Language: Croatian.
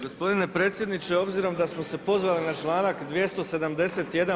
Gospodine predsjedniče, obzirom da smo se pozvali na članak 271.